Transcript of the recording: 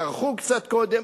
טרחו קצת קודם,